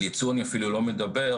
על יצוא אני אפילו לא מדבר.